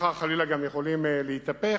שמחר חלילה גם יכולים להתהפך,